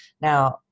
Now